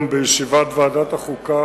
2. אם כן, מדוע הוחלט כך כעת?